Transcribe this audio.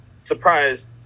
surprised